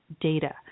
data